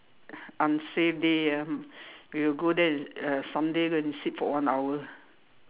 on same day ah we'll go there uh Sunday go and sit for one hour